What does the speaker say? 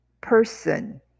person